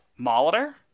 Molitor